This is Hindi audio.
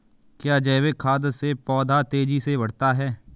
क्या जैविक खाद से पौधा तेजी से बढ़ता है?